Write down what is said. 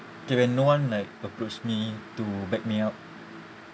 okay when no one like approach me to back me up